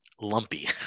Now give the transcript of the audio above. Lumpy